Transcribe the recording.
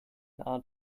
nahe